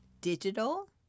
digital